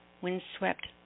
windswept